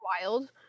wild